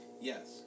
Yes